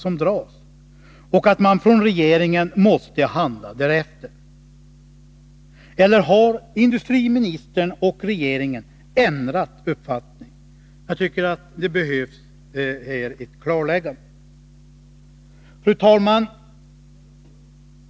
Regeringen måste handla i enlighet därmed. Eller har industriministern och regeringen ändrat uppfattning? Här behövs ett klarläggande. Fru talman!